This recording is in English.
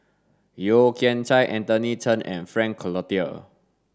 Yeo Kian Chai Anthony Chen and Frank Cloutier